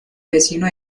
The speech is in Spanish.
vecino